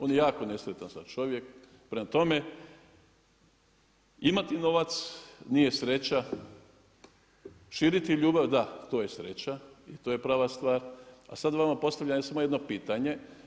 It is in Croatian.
On je jako nesretan sad čovjek, prema tome, imati novac nije sreća, širiti ljubav, da, to je sreća i to je prava stvar, a sad vama postavljam recimo jedno pitanje.